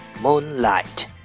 Moonlight